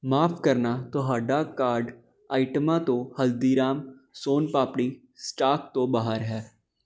ਮਾਫ਼ ਕਰਨਾ ਤੁਹਾਡਾ ਕਾਰਟ ਆਈਟਮਾਂ ਤੋਂ ਹਲਦੀਰਾਮ ਸੋਨ ਪਾਪੜੀ ਸਟਾਕ ਤੋਂ ਬਾਹਰ ਹੈ